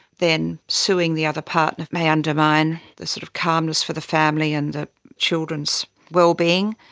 then suing the other partner may undermine the sort of calmness for the family and the children's well-being.